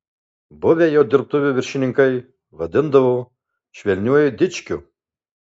buvę jo dirbtuvių viršininkai vadindavo švelniuoju dičkiu